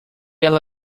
ela